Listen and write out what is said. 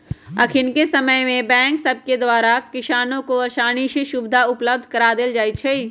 अखनिके समय में बैंक सभके द्वारा किसानों के असानी से सुभीधा उपलब्ध करा देल जाइ छइ